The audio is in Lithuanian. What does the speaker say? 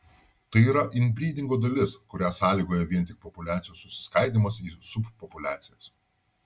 tai yra inbrydingo dalis kurią sąlygoja vien tik populiacijos susiskaidymas į subpopuliacijas